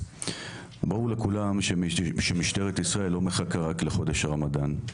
ברור לכולם שמשטרת ישראל לא מחכה רק לחודש הרמדאן.